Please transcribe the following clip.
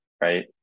Right